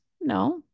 No